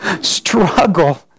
struggle